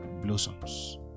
blossoms